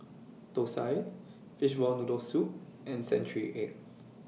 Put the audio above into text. Thosai Fishball Noodle Soup and Century Egg